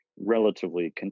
relatively